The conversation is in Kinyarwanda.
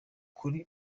kuri